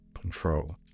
control